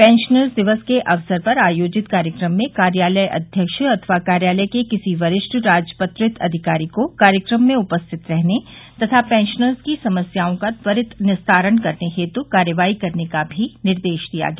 pensioners दिवस के अवसर पर आयोजित कार्यक्रम में कार्यालयाध्यक्ष अथवा कार्यालय के किसी वरिष्ठ राजपत्रित अधिकारी को कार्यक्रम में उपस्थित रहने तथा पेंशनर्स की समस्याओं का त्वरित निस्तारण करने हेतु कार्यवाही करने के भी निर्देश दिया गया